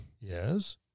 Yes